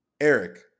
Eric